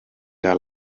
der